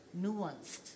nuanced